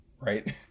right